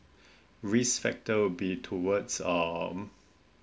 risk factor would be towards um